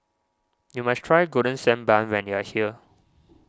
you must try Golden Sand Bun when you are here